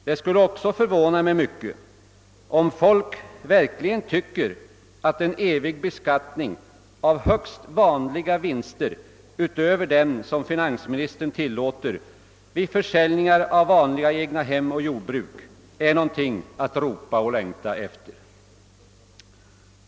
Det skulle också förvåna mig mycket, om folk verkligen tycker att en evig beskattning av högst vanliga vinster utöver dem som finansministern tillåter vid försäljning av vanliga egnahem och jordbruksfastigheter är någonting att ropa och längta efter.